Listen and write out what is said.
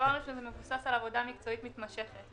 מדברים על פעילות תשתית חדשה,